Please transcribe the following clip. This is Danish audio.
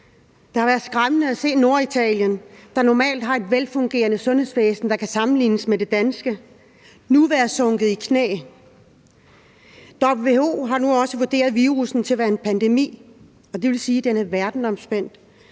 Det har været skræmmende at se Norditalien, der normalt har et velfungerende sundhedsvæsen, der kan sammenlignes med det danske, nu være sunket i knæ. WHO har nu også vurderet virussen til at være en pandemi, og det vil sige, at den er verdensomspændende